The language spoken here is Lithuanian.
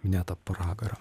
ne tą pragarą